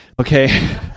Okay